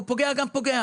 אז זה פוגע גם פוגע.